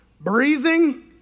breathing